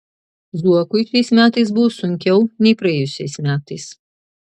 zuokui šiais metais buvo sunkiau nei praėjusiais metais